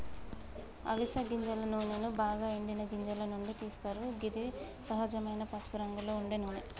అవిస గింజల నూనెను బాగ ఎండిన గింజల నుండి తీస్తరు గిది సహజమైన పసుపురంగులో ఉండే నూనె